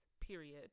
period